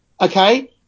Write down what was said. okay